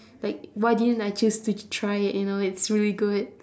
like why didn't I choose to try it you know it's really good